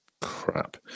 crap